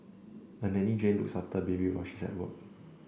a nanny Jane looks after her baby while she's at work